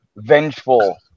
Vengeful